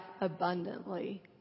abundantly